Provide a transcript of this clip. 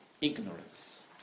Ignorance